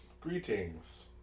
Greetings